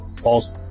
false